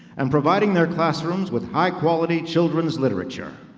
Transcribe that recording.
and providing their classrooms with high quality children's literature.